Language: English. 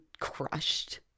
crushed